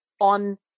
on